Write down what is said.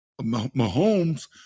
Mahomes